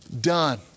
done